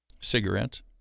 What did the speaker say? Cigarettes